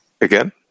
again